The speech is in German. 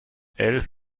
elf